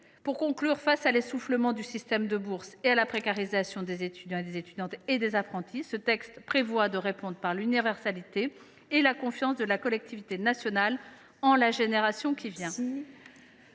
Pour conclure, face à l’essoufflement du système de bourses et à la précarisation des étudiants et des apprentis, ce texte prévoit de répondre par l’universalité et par la confiance de la collectivité nationale en la génération qui vient.